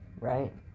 right